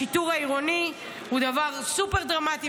השיטור העירוני הוא דבר סופר דרמטי,